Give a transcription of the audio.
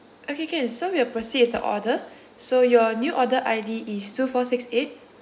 okay can so we'll proceed with the order so your new order I_D is two four six eight